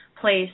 place